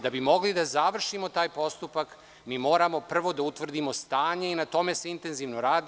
Da bi mogli da završimo taj postupak, mi moramo prvo da utvrdimo stanje i na tome se intenzivno radi.